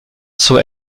zur